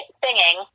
singing